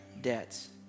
debts